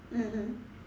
mmhmm